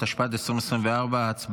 התשפ"ד 2024. הצבעה.